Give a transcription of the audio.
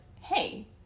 hey